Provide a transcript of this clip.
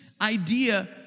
idea